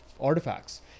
artifacts